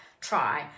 try